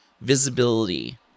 visibility